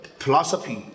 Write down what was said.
philosophy